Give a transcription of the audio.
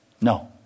no